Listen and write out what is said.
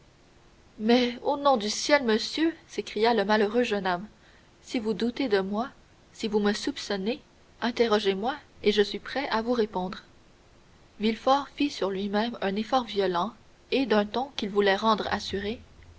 mais au nom du ciel monsieur s'écria le malheureux jeune homme si vous doutez de moi si vous me soupçonnez interrogez moi et je suis prêt à vous répondre villefort fit sur lui-même un effort violent et d'un ton qu'il voulait rendre assuré